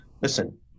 listen